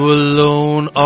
alone